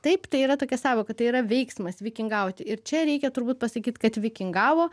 taip tai yra tokia sąvoka tai yra veiksmas vikingauti ir čia reikia turbūt pasakyt kad vikingavo